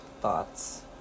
thoughts